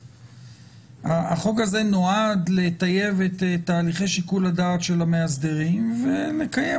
החוק הזה נועד לטייב את תהליכי שיקול הדעת של המאסדרים ולקיים